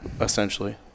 Essentially